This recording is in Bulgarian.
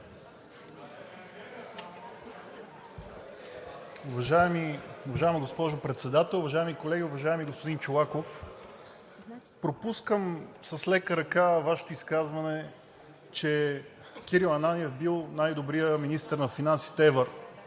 (ИБГНИ): Уважаема госпожо Председател, уважаеми колеги! Уважаеми господин Чолаков, пропускам с лека ръка Вашето изказване, че Кирил Ананиев бил най-добрият министър на финансите,